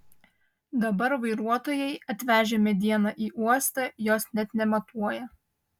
dabar vairuotojai atvežę medieną į uostą jos net nematuoja